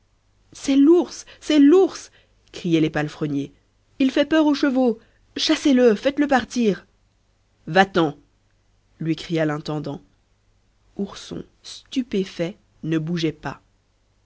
c'est l'ours c'est l'ours criaient les palefreniers il fait peur aux chevaux chassez le faites-le partir va-t'en lui cria l'intendant ourson stupéfait ne bougeait pas